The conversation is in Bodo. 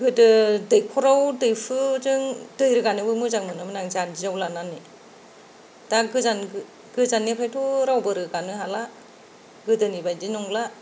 गोदो दैख'राव दैहुजों दै रोगानोबो मोजां मोनोमोन आं जानजियाव लानानै दा गोजाननिफ्रायथ' रावबो रोगानो हाला गोदोनि बायदि नंला